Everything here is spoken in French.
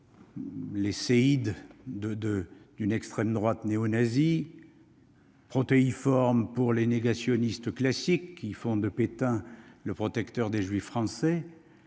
les séides d'une extrême droite néonazie ; protéiforme pour les négationnistes classiques qui font de Pétain le protecteur des juifs français.